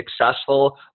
successful